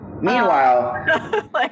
Meanwhile